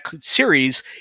series